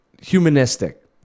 humanistic